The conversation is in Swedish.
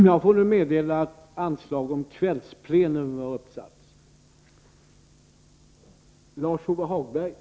Jag får meddela att anslag om kvällsplenum nu har satts upp.